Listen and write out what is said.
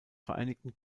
vereinigten